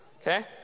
Okay